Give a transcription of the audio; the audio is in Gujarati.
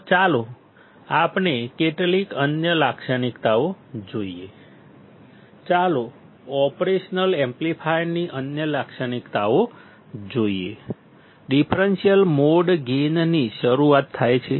તો ચાલો આપણે કેટલીક અન્ય લાક્ષણિકતાઓ જોઈએ ચાલો ઓપરેશનલ એમ્પ્લીફાયરની અન્ય લાક્ષણિકતાઓ જોઈએ ડિફરન્સીયલ મોડ ગેઇનથી શરૂઆત થાય છે